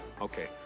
okay